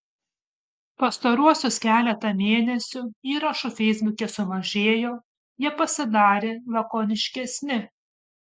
pastaruosius keletą mėnesių įrašų feisbuke sumažėjo jie pasidarė lakoniškesni